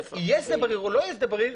שיהיה שדה בריר או לא יהיה שדה בריר,